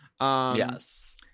Yes